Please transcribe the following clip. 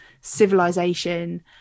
civilization